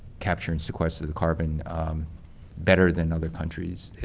capture and sequester the the carbon better than other countries,